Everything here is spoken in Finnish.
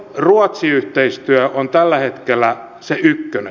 suomiruotsi yhteistyö on tällä hetkellä se ykkönen